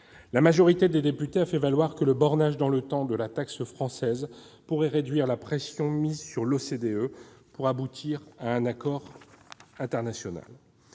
La majorité des députés a fait valoir que le bornage dans le temps de la taxe française pourrait réduire la pression mise sur l'OCDE pour aboutir à un accord international.